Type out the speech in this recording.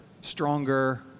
stronger